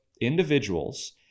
individuals